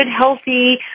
healthy